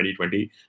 2020